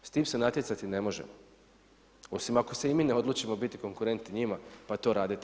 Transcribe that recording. S tim se natjecati ne možemo osim ako se i mi ne odlučimo biti konkurentni njima, pa to raditi.